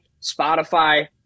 Spotify